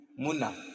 Muna